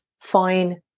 fine